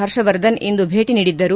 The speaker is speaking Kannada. ಹರ್ಷವರ್ಧನ್ ಇಂದು ಭೇಟಿ ನೀಡಿದ್ದರು